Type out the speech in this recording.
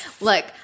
look